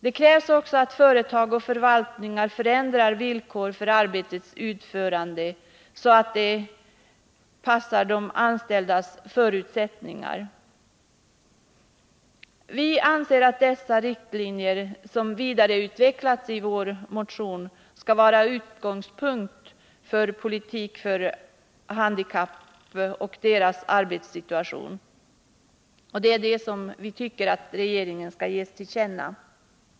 Det krävs också att företag och förvaltningar förändrar villkoren för arbetets utförande, så att de passar de anställdas förutsättningar. Vi anser att de riktlinjer som angivits i vår motion skall vara utgångspunkten för handikappolitiken, och det vill vi ge regeringen till känna.